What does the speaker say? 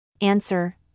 Answer